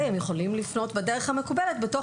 הם יכולים לפנות בדרך המקובלת בתוך